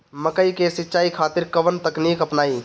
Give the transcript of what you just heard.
मकई के सिंचाई खातिर कवन तकनीक अपनाई?